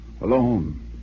Alone